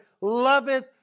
loveth